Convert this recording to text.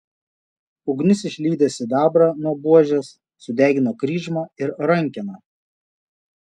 ugnis išlydė sidabrą nuo buožės sudegino kryžmą ir rankeną